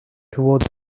towards